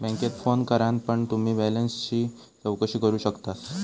बॅन्केत फोन करान पण तुम्ही बॅलेंसची चौकशी करू शकतास